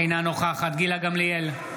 אינה נוכחת גילה גמליאל,